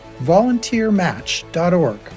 VolunteerMatch.org